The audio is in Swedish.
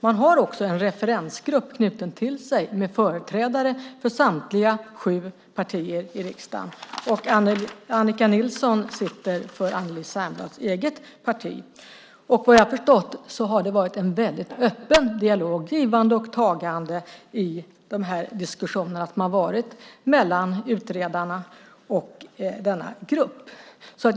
Utredningen har en referensgrupp knuten till sig med företrädare för samtliga sju partier i riksdagen. Annika Nilsson sitter för Anneli Särnblads eget parti. Vad jag har förstått har det varit en öppen dialog, ett givande och tagande i diskussionerna mellan utredarna och denna grupp.